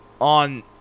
on